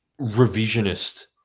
revisionist